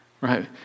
right